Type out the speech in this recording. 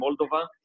Moldova